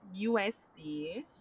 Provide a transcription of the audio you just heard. usd